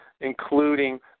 including